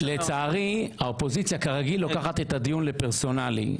לצערי האופוזיציה כרגיל לוקחת את הדיון לפרסונלי,